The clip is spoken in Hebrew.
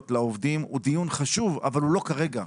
לעובדים הוא דיון חשוב אבל הוא לא כרגע.